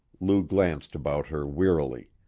lou glanced about her wearily.